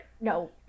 No